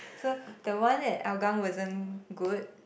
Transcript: so the one at Hougang wasn't good